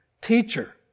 Teacher